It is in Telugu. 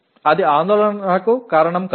అది ఆందోళనకు కారణం కాదు